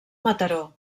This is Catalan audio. mataró